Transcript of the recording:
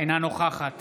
אינה נוכחת